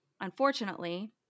unfortunately